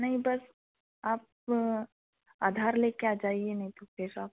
नहीं बस आप आधार लेके आ जाइए नहीं तो पैसा